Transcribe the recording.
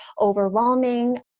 overwhelming